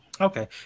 Okay